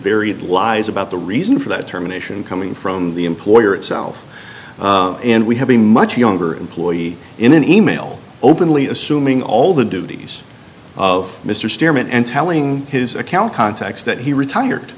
varied lies about the reason for that terminations coming from the employer itself and we have a much younger employee in an email openly assuming all the duties of mr sturman and telling his account contacts that he retired